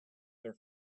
their